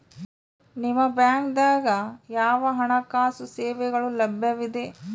ನಿಮ ಬ್ಯಾಂಕ ದಾಗ ಯಾವ ಹಣಕಾಸು ಸೇವೆಗಳು ಲಭ್ಯವಿದೆ?